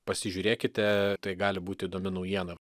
pasižiūrėkite tai gali būti įdomi naujiena